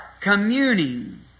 communing